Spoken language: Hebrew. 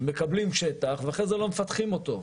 מקבלים שטח ואחרי זה לא מפתחים אותו,